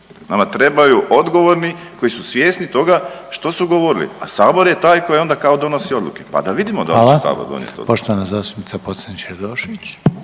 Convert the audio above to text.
nama trebaju odgovorni koji su svjesni toga što su govorili, a Sabor je taj koji onda kao donosi odluke pa da vidimo da li će Sabor donijeti odluku. **Reiner, Željko